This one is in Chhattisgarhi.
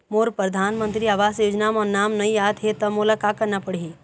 मोर परधानमंतरी आवास योजना म नाम नई आत हे त मोला का करना पड़ही?